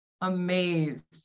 amazed